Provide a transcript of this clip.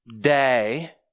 day